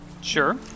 Sure